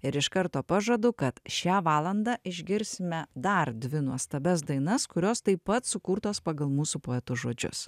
ir iš karto pažadu kad šią valandą išgirsime dar dvi nuostabias dainas kurios taip pat sukurtos pagal mūsų poeto žodžius